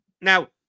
Now